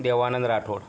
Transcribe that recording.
Devanand Rathod